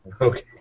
Okay